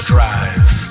Drive